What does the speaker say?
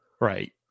Right